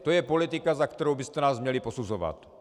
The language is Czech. To je politika, za kterou byste nás měli posuzovat.